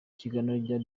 ikiganiro